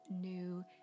new